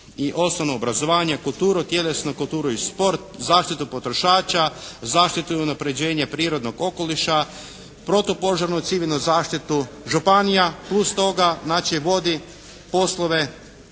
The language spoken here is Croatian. i osnovno obrazovanje. Kulturu, tjelesnu kulturu i sport, zaštitu potrošača, zaštitu i unapređenje prirodnog okoliša, protupožarnu civilnu zaštitu. Županija plus toga znači vodi poslove